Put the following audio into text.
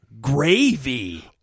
Gravy